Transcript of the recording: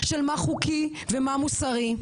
של מה חוקי ומה מוסרי,